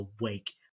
awake